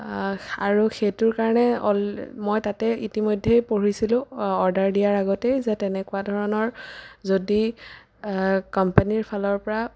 আৰু সেইটোৰ কাৰণে মই তাতেই ইতিমধ্যে পঢ়িছিলোঁ অৰ্ডাৰ দিয়াৰ আগতেই যে তেনেকুৱা ধৰণৰ যদি কম্পেনীৰ ফালৰ পৰা